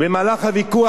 במהלך הוויכוח,